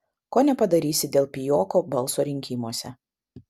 ko nepadarysi dėl pijoko balso rinkimuose